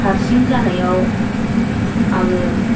हारसिं जानायाव आङो